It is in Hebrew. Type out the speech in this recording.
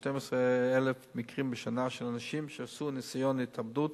12,000 מקרים בשנה של אנשים שעשו ניסיון התאבדות,